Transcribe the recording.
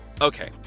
Okay